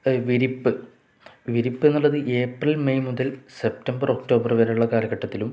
വിരിപ്പ് വിരിപ്പ് എന്നുള്ളത് ഏപ്രിൽ മെയ് മുതൽ സെപ്റ്റംബർ ഒക്ടോബർ വരെയുള്ള കാലഘട്ടത്തിലും